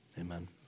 Amen